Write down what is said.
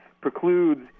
precludes